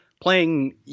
playing